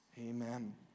amen